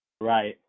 Right